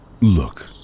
Look